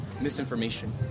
Misinformation